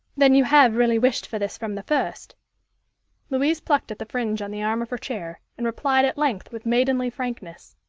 then you have really wished for this from the first louise plucked at the fringe on the arm of her chair, and replied at length with maidenly frankness.